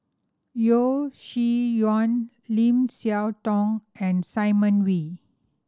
Yeo Shih Yun Lim Siah Tong and Simon Wee